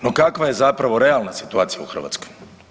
No, kakva je zapravo realna situacija u Hrvatskoj?